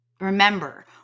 Remember